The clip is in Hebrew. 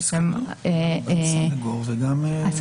הסניגור יהיה.